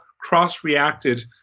cross-reacted